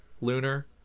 lunar